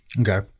Okay